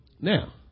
Now